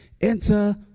Enter